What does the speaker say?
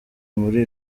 muri